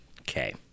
Okay